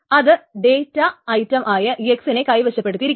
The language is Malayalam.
അത് ഡേറ്റ ഐറ്റം ആയ x നെ കൈവശപ്പെടുത്തിയിരുന്നു